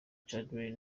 cathedral